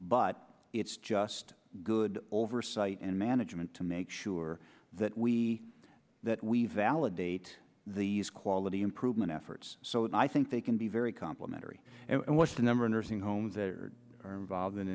but it's just good oversight and management to make sure that we that we validate these quality improvement efforts so i think they can be very letteri and what's the number nursing homes that are involved in